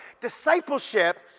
discipleship